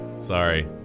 Sorry